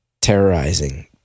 terrorizing